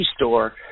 store